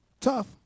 Tough